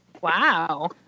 Wow